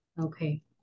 Okay